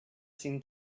seem